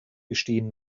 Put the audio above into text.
bestehen